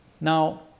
now